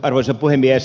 arvoisa puhemies